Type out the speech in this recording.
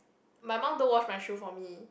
my mum don't wash my shoe for me